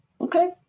Okay